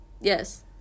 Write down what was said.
yes